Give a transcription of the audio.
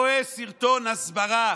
כשאני רואה סרטון הסברה